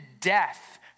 death